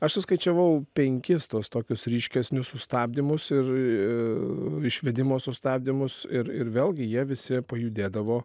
aš suskaičiavau penkis tuos tokius ryškesnius sustabdymus ir e išvedimo sustabdymus ir ir vėlgi jie visi pajudėdavo